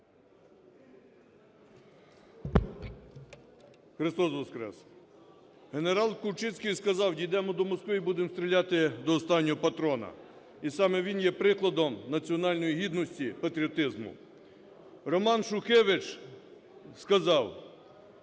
Христос Воскрес! Генерал Кульчицький сказав: "Дійдемо до Москви і будемо стріляти до останнього патрона". І саме він є прикладом національної гідності, патріотизму. Роман Шухевич сказав: